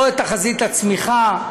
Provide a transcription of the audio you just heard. לא את תחזית הצמיחה,